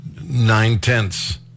nine-tenths